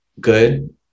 good